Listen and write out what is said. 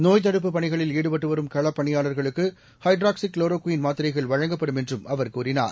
நோய்த்தடுப்பு பணிகளில் ஈடுபட்டு வரும் களப்பணியாளர்களுக்கு ஹைட்ராக்சிகுளோரோ குயின் மாத்திரைகள் வழங்கப்படும் என்றும் அவர் கூறினார்